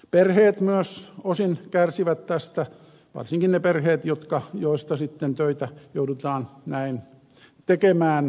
perheet myös osin kärsivät tästä varsinkin ne perheet joista sitten töitä joudutaan näin tekemään sunnuntaisinkin